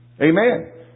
Amen